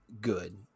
good